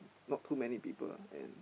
not too many people and